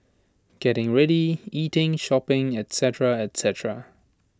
getting ready eating shopping etcetera etcetera